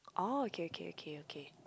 oh okay okay okay okay